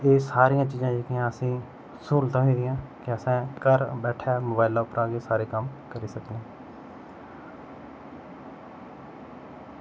एह् सारियां चीज़ां जेह्कियां असेंगी स्हूलतां होइयां की घर बैठे दे एह् असें सारे कम्म करी सकने